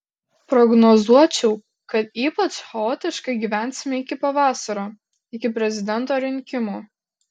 prognozuočiau kad ypač chaotiškai gyvensime iki pavasario iki prezidento rinkimų